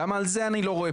למה על זה אין התייחסות?